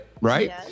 right